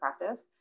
practice